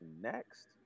next